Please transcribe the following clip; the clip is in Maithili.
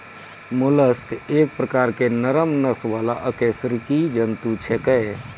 मोलस्क एक प्रकार के नरम नस वाला अकशेरुकी जंतु छेकै